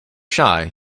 shy